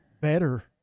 better